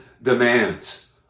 demands